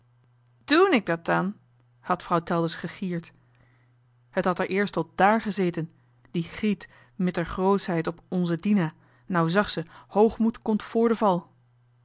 doen ik da dan had vrouw telders gegierd het had er eerst tot dààr gezeten die griet mitter groo'schheid op onze dina nou zag ze hoogmoed komt vr de val